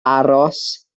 aros